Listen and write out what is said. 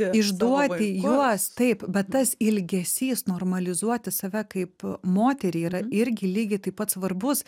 išduoti juos taip bet tas ilgesys normalizuoti save kaip moterį yra irgi lygiai taip pat svarbus